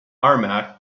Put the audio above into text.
armagh